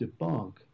debunk